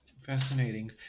Fascinating